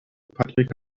patrick